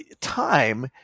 time